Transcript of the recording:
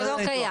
זה לא קיים.